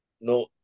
no